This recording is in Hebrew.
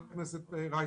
אתכם, שני יושבי הראש,